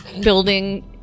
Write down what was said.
building